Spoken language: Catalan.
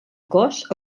cos